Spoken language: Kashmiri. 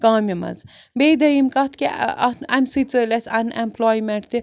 کامہِ منٛز بیٚیہِ دوٚیِم کَتھ کہِ اَتھ اَمہِ سۭتۍ ژٔلۍ اسہِ اَن ایٚمپٕلایمیٚنٛٹ تہِ